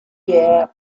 year